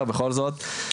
ויוכר גם כן בנושא הזה.